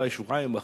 אולי שבועיים,